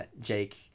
Jake